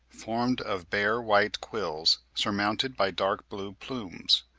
formed of bare white quills surmounted by dark-blue plumes,